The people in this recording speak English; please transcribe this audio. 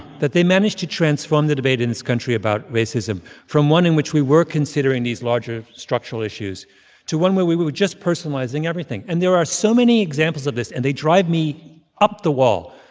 that they managed to transform the debate in this country about racism from one in which we were considering these larger structural issues to one where we we were just personalizing everything. and there are so many examples of this, and they drive me up the wall.